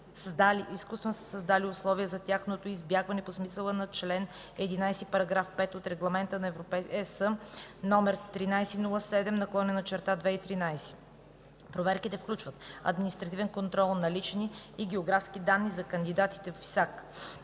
изкуствено са създали условия за тяхното избягване по смисъла на чл. 11, параграф 5 от Регламент (ЕС) № 1307/2013. Проверките включват административен контрол на лични и географски данни за кандидатите в ИСАК.